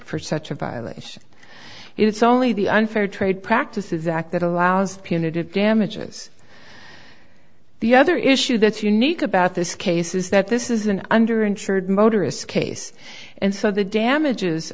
for such a violation it's only the unfair trade practices act that allows punitive damages the other issue that's unique about this case is that this is an under insured motorists case and so the damages